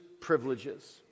privileges